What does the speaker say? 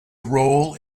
role